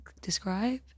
describe